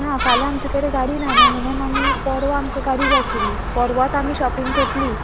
ना फाल्यां आमचे कडेन गाडी ना न्हू म्हणून आमी पोरवां आमकां गाडी जाय आशिल्ली पोरवात आमी शॉपिंग करतली